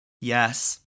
Yes